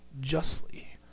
justly